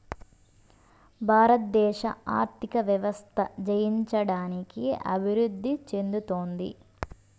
భారతదేశ ఆర్థిక వ్యవస్థ జయించడానికి అభివృద్ధి చెందుతోంది